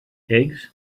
eggs